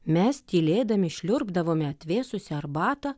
mes tylėdami šliurbdavome atvėsusią arbatą